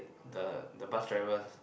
the the bus driver